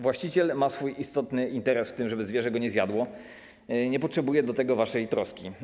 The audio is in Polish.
Właściciel ma swój istotny interes w tym, żeby zwierzę go nie zjadło, nie potrzebuje do tego waszej troski.